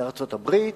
מארצות-הברית,